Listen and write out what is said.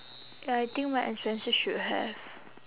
ya I think mark and spencer should have